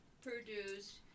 produced